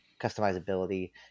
customizability